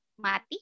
Mati